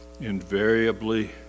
invariably